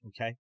okay